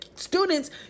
Students